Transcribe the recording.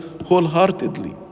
wholeheartedly